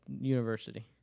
university